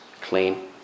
clean